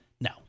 No